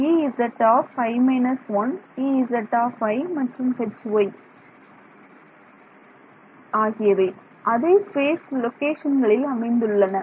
Ezi − 1 Ez மற்றும் Hy இவை அதே ஸ்பேஸ் லோகேஷன்களில் அமைந்துள்ளன